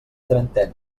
trenta